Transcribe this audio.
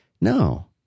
No